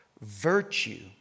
virtue